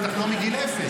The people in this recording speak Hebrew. בטח לא מגיל אפס,